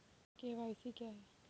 KYC क्या है?